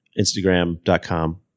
Instagram.com